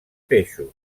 peixos